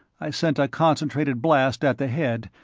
i sent a concentrated blast at the head,